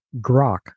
grok